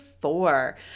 four